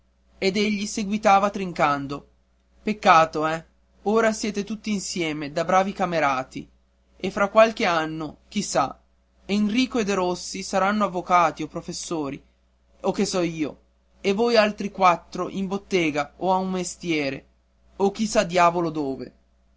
ed egli seguitava trincando peccato eh ora siete tutti insieme da bravi camerati e fra qualche anno chi sa enrico e derossi saranno avvocati e professori o che so io e voi altri quattro in bottega o a un mestiere o chi sa diavolo dove